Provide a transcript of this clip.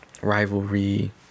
rivalry